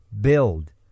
build